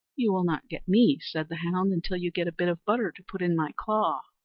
you will not get me, said the hound, until you get a bit of butter to put in my claw.